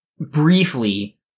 briefly